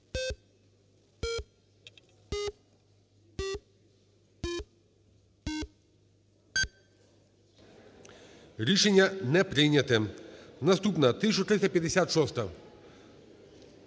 Рішення не прийнято. Наступна 1356-а.